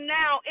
now